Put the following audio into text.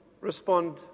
respond